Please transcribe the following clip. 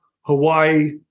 Hawaii